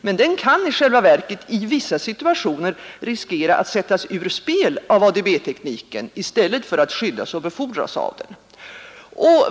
Men den kan i själva verket i vissa situationer riskera att sättas ur spel av ADB-tekniken, i stället för att skyddas och befordras av den.